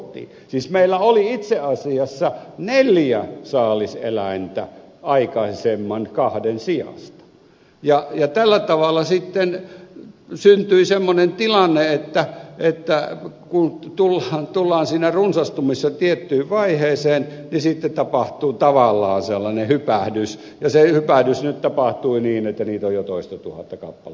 siis meillä oli itse asiassa neljä saaliseläintä aikaisemman kahden sijasta ja tällä tavalla sitten syntyi semmoinen tilanne että kun tullaan siinä runsastumisessa tiettyyn vaiheeseen sitten tapahtuu tavallaan sellainen hypähdys ja se hypähdys tapahtui nyt niin että ilveksiä on jo reilusti toistatuhatta kappaletta